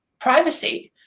privacy